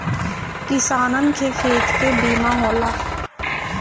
किसानन के खेत के बीमा होला